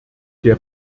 der